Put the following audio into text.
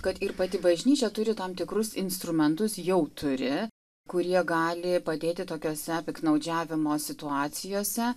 kad ir pati bažnyčia turi tam tikrus instrumentus jau turi kurie gali padėti tokiose piktnaudžiavimo situacijose